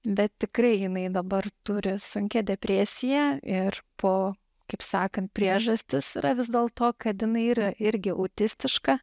bet tikrai jinai dabar turi sunkią depresiją ir po kaip sakant priežastis yra vis dėl to kad jinai yra irgi autistiška